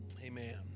amen